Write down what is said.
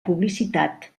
publicitat